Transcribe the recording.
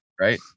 Right